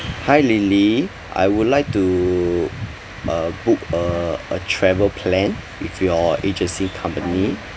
hi lily I would like to uh book uh a travel plan with your agency company